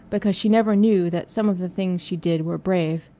because she never knew that some of the things she did were brave.